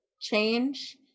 change